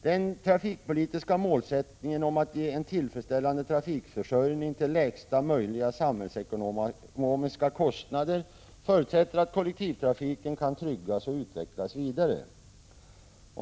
Den trafikpolitiska målsättningen om att ge en tillfredsställande trafikförsörjning till lägsta möjliga samhällsekonomiska kostnader förutsätter att kollektivtrafiken kan tryggas och utvecklas vidare.